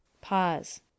Pause